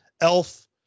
Elf